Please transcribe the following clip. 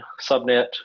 subnet